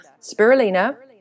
spirulina